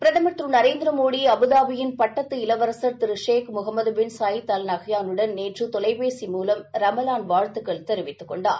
பிரதமர் திரு நரேந்திர மோடி அபுதாபியின் பட்டத்து இளவரசர் Sheikh Mohammed bin Zayed Al நயானுடன் நேற்று தொலைபேசி மூலம் ரமலான் வாழ்த்துக்கள் தெரிவித்துக் கொண்டார்